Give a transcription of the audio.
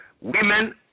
women